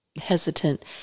hesitant